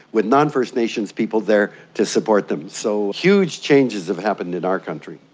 with non-first nations people there to support them. so huge changes have happened in our country.